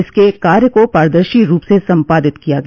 इसके कार्य को पारदर्शी रूप से सम्पादित किया गया